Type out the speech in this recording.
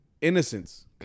Innocence